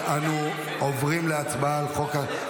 נעשה תיקונים בנוסח החוק, אבל